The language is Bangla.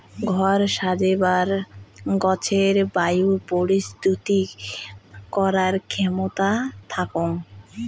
ঘর সাজেবার গছের বায়ু পরিশ্রুতি করার ক্ষেমতা থাকং